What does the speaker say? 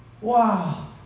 Wow